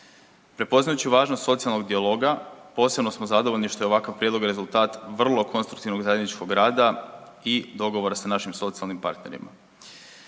Prepoznajući važnost socijalnog dijaloga, posebno smo zadovoljni što je ovakav prijedlog rezultat vrlo konstruktivnog zajedničkog rada i dogovora sa našim socijalnim partnerima.